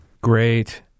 Great